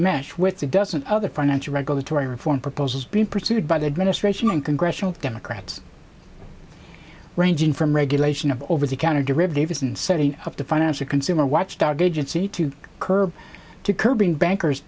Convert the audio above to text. mesh with a dozen other financial regulatory reform proposals being pursued by the administration and congressional democrats ranging from regulation of over the counter derivatives and setting up the financial consumer watchdog agency to curb to curb in bankers